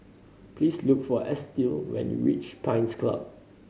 please look for Estill when you reach Pines Club